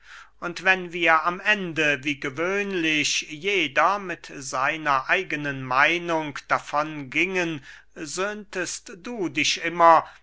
und wenn wir am ende wie gewöhnlich jeder mit seiner eigenen meinung davon gingen söhntest du dich immer